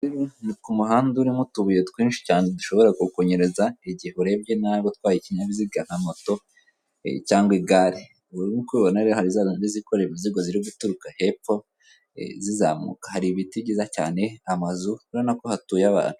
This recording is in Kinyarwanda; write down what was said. Hano ni kumuhanda urimo utubuye twinshi cyane dushobora kukunyereza, igihe urebye nabi utwaye ikinyabiziga nka moto, cyangwa igare. Nkuko ubibona rero hari za zindi zikorera imizigo ziri guturuka hepfo zizamuka. Hari ibiti byiza cyane, amazu, urabona ko hatuye abantu.